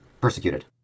persecuted